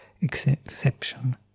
exception